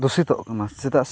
ᱫᱩᱥᱤᱛᱚᱜ ᱠᱟᱱᱟ ᱪᱮᱫᱟᱜᱥᱮ